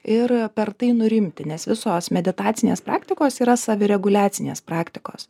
ir per tai nurimti nes visos meditacinės praktikos yra savireguliacinės praktikos